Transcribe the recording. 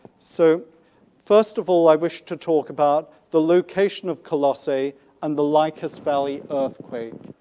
so first of all i wish to talk about the location of colossae and the lycus valley earthquake.